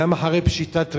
גם אחרי פשיטת רגל,